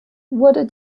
wurde